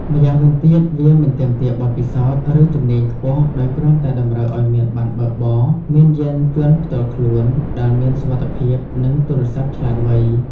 ម្យ៉ាងវិញទៀត វាមិនទាមទារបទពិសោធន៍ ឬជំនាញខ្ពស់ដោយគ្រាន់តែតម្រូវឲ្យមានប័ណ្ណបើកបរ មានយានយន្តផ្ទាល់ខ្លួនដែលមានសុវត្ថិភាព និងទូរស័ព្ទឆ្លាតវៃ។